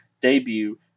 debut